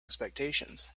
expectations